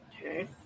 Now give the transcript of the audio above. Okay